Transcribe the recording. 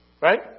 Right